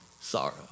sorrow